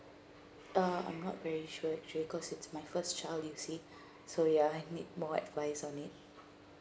uh I'm not very sure actually cause it's my first child you see so ya I need more advise on it